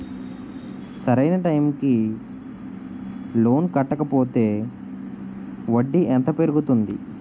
సరి అయినా టైం కి లోన్ కట్టకపోతే వడ్డీ ఎంత పెరుగుతుంది?